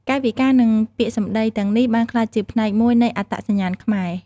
កាយវិការនិងពាក្យសម្ដីទាំងនេះបានក្លាយជាផ្នែកមួយនៃអត្តសញ្ញាណខ្មែរ។